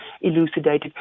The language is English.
elucidated